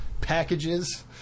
packages